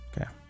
Okay